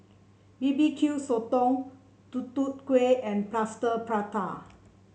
B B Q Sotong Tutu Kueh and Plaster Prata